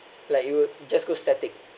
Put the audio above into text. like it will just go static